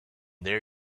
there